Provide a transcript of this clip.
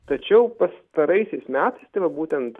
tačiau pastaraisiais metais tai va būtent